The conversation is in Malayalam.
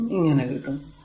എന്നും കിട്ടും